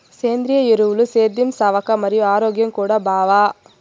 సేంద్రియ ఎరువులు సేద్యం సవక మరియు ఆరోగ్యం కూడా బావ